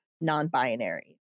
non-binary